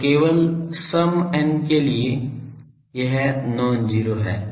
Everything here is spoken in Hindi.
तो केवल सम n के लिए यह non zero है